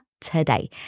today